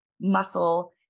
muscle